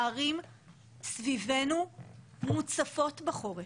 הערים סביבנו מוצפות בחורף.